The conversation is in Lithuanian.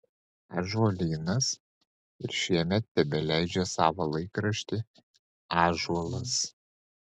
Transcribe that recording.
ąžuolynas ir šiemet tebeleidžia savo laikraštį ąžuolas